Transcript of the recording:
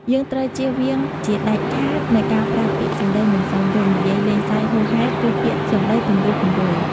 យើងត្រូវជៀសវាងជាដាច់ខាតនូវការប្រើពាក្យ សំដីមិនសមរម្យ និយាយលេងសើចហួសហេតុ ឬពាក្យសម្ដីគំរោះគំរើយ។